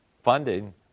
funding